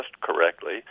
correctly